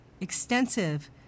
extensive